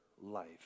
life